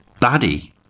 baddie